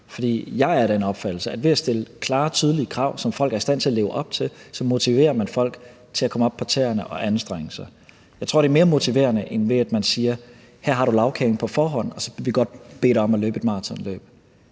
jeg er af den opfattelse, at man ved at stille klare og tydelige krav, som folk er i stand til at leve op til, motiverer folk til at komme op på tæerne og anstrenge sig. Jeg tror, det er mere motiverende, end at man siger: Her har du lagkagen på forhånd, og så vil vi godt bede dig om at løbe et maratonløb.